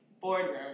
boardroom